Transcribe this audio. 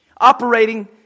operating